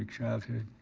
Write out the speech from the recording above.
ah childhood.